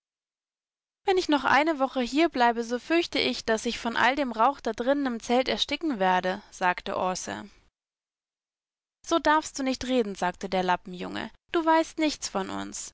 wenn ich noch eine woche hierbleibe so fürchte ich daß ich von all dem rauch da drinnen im zelt erstickt werde sagte aase so darfst du nicht reden sagte der lappenjunge du weißt nichts von uns